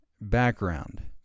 background